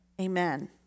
amen